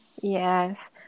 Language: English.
Yes